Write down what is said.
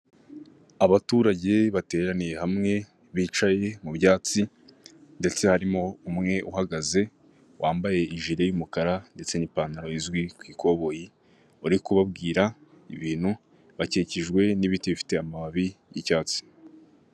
Muri iyi foto harimo haragaragara abagabo babiri umwe wambaye ishati y'umweru n'undi wambaye ikote, ku meza hariho ikinyobwa cy'amazi cy'uruganda Inyange indasitirizi, inyuma haragaragara nk'aho hari ikigo k'igihugu gishinzwe imisoro n'amahoro.